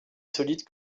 solide